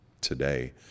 today